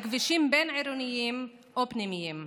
בכבישים בין-עירוניים או פנימיים.